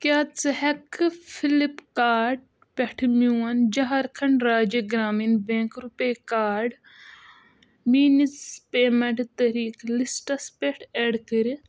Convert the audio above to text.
کیٛاہ ژٕ ہٮ۪کھٕ فلِپ کارٹ پٮ۪ٹھٕ میون جھارکھنٛڈ راجیہ گرٛامیٖن بیٚنٛک رُپے کارڈ میٲنِس پیمنٹ طٔریٖقہٕ لِسٹَس پٮ۪ٹھ ایڈ کٔرِتھ؟